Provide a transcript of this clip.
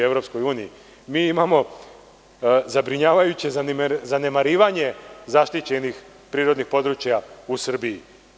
Mi imamo zabrinjavajuće zanemarivanje zaštićenih prirodnih područja u Srbiji.